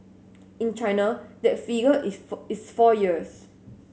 in China that figure is four is four years